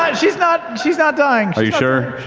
she's not, she's not dying. taliesin